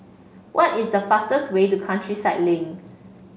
what is the fastest way to Countryside Link